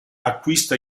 acquista